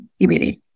EBD